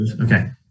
Okay